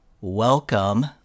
Welcome